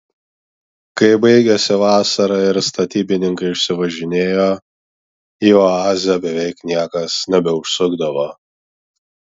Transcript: kai baigėsi vasara ir statybininkai išsivažinėjo į oazę beveik niekas nebeužsukdavo